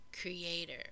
creator